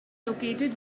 located